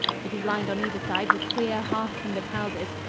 it is lined on either side with queer, half-timbered houses,